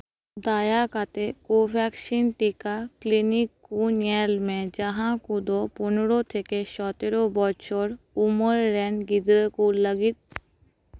ᱫᱟᱭᱟ ᱠᱟᱛᱮ ᱠᱳ ᱵᱷᱮᱠᱥᱤᱱ ᱴᱤᱠᱟ ᱠᱞᱤᱱᱤᱠ ᱠᱚ ᱧᱮᱞ ᱢᱮ ᱡᱟᱦᱟᱸ ᱠᱚᱫᱚ ᱯᱚᱱᱮᱨᱳ ᱛᱷᱮᱠᱮ ᱥᱚᱛᱮᱨᱳ ᱵᱚᱪᱷᱚᱨ ᱩᱢᱮᱨ ᱨᱮᱱ ᱜᱤᱫᱽᱨᱟᱹ ᱠᱚ ᱞᱟᱹᱜᱤᱫ